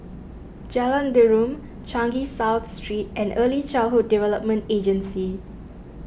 Jalan Derum Changi South Street and Early Childhood Development Agency